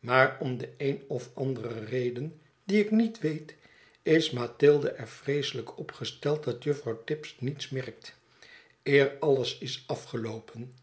maar om de een of andere reden die ik niet weet is mathilde er vreeselijk opjgesteld dat juffrouw tibbs niets merkt eer alles is afgeloopen